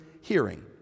hearing